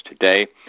today